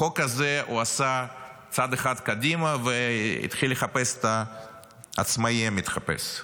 עשה בחוק הזה צעד אחד קדימה והתחיל לחפש את העצמאי המתחפש.